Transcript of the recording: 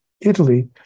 Italy